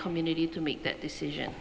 community to make that decision